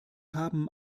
haben